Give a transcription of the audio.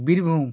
Birbhum